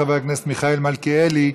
חבר הכנסת מיכאל מלכיאלי,